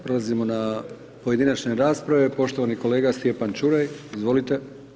Prelazimo na pojedinačne rasprave poštovani kolega Stjepan Ćuraj, izvolite.